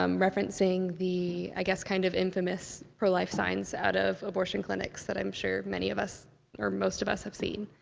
um referencing the, i guess kind of infamous pro-life signs outside of abortion clinics, that i'm sure many of us er, most of us, have seen.